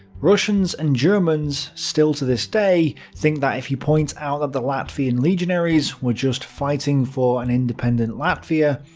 russians and germans still to this day think that if you point out that the latvian legionaries were just fighting for an independent latvia,